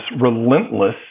relentless